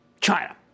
China